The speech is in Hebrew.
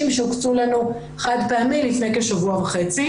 שהוקצו לנו חד פעמי לפני כשבוע וחצי.